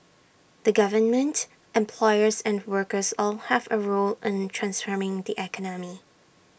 the government employers and workers all have A role in transforming the economy